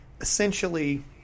essentially